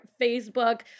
Facebook